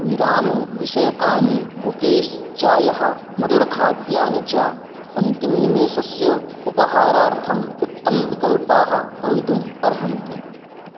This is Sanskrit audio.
विरामविषयकानि कुकीस् चायः मधुरखाद्यानि च अन्तिमनिमेषस्य उपहारार्थम् उत्तमाः विकल्पाः भवितुम् अर्हन्ति